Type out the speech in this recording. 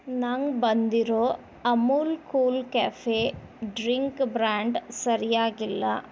ನಂಗೆ ಬಂದಿರೋ Amul cool cafe drink brand ಸರಿಯಾಗಿಲ್ಲ